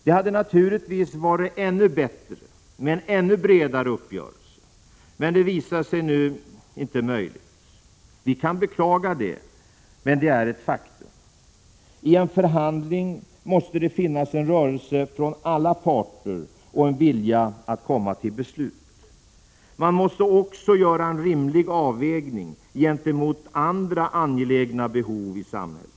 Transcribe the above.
Det hade naturligtvis varit ännu bättre med en ännu bredare uppgörelse. Men det visade sig nu inte möjligt. Vi kan beklaga det, men det är ett faktum. I en förhandling måste det finnas en rörelse från alla parter och en vilja att komma till beslut. Man måste också göra en rimlig avvägning gentemot andra angelägna behov i samhället.